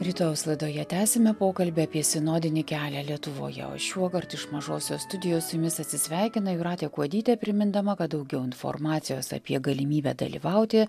rytojaus laidoje tęsime pokalbį apie sinodinį kelią lietuvoje o šiuokart iš mažosios studijos su jumis atsisveikina jūratė kuodytė primindama kad daugiau informacijos apie galimybę dalyvauti